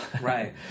Right